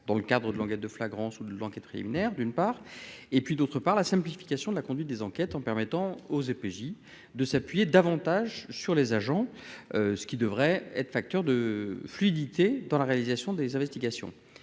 dans le cadre de l'enquête de flagrance ou de l'enquête préliminaire d'une part, et puis d'autre part, la simplification de la conduite des enquêtes en permettant aux et PJ de s'appuyer davantage sur les agents, ce qui devrait être facteur de fluidité dans la réalisation des investigations